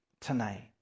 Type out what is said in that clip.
tonight